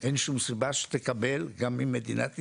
אין שום סיבה שתקבל גם ממדינת ישראל.